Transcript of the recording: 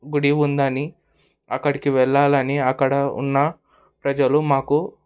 గుడి ఉందని అక్కడికి వెళ్ళాలని అక్కడ ఉన్న ప్రజలు మాకు